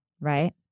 right